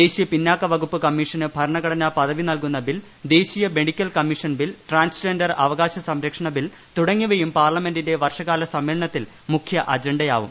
ദേശീയ പിന്നാക്ക വകുപ്പ് കമ്മീഷന് ഭരണഘടനാപദവി നല്കുന്ന ബില്ല് ദേശീയ മെഡിക്കൽ കമ്മീഷൻ ബില്ല് ട്രാൻസ്ജൻഡർ അവകാശ സംരക്ഷണ ബില്ല് തുടങ്ങിയവയും പാർലമെന്റിന്റെ വർഷകാല സമ്മേളനത്തിൽ മുഖ്യ അജണ്ടയാവും